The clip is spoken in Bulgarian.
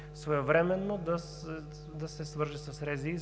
своевременно да се свърже с РЗИ,